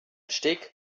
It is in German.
steg